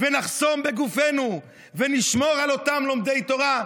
את לומדי התורה,